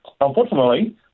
Unfortunately